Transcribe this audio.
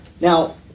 Now